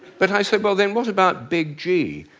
but i said well, then what about big g?